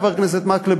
חבר הכנסת מקלב,